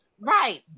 Right